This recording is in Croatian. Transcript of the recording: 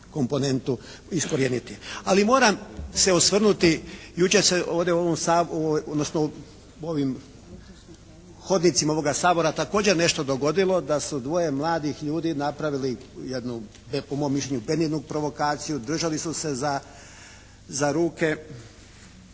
komponentu, iskorijeniti. Ali moram se osvrnuti jučer se ovdje u ovom Saboru, odnosno u hodnicima ovoga Sabora također nešto dogodilo, da su dvoje mladih ljudi napravili jednu iako po mom mišljenju predivnu provokaciju, držali su se za ruke